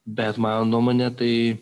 bet mano nuomone tai